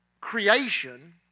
creation